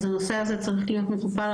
צריך להיות מטופל.